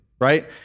right